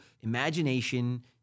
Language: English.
imagination